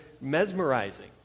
mesmerizing